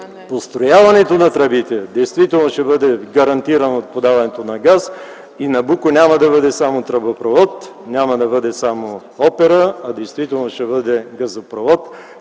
построяването на тръбите действително ще бъде гарантирано подаването на газ и „Набуко” няма да бъде само тръбопровод, няма да бъде само опера, а действително ще бъде газопровод,